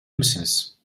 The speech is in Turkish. misiniz